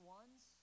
ones